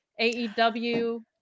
aew